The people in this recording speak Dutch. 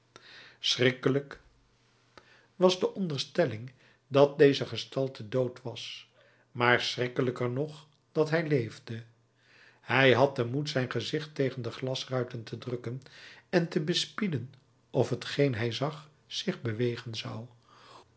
schrikkelijk was de onderstelling dat deze gestalte dood was maar schrikkelijker nog dat zij leefde hij had den moed zijn gezicht tegen de glasruiten te drukken en te bespieden of t geen hij zag zich bewegen zou